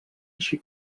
així